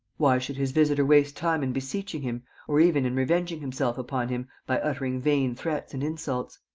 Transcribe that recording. why should his visitor waste time in beseeching him or even in revenging himself upon him by uttering vain threats and insults?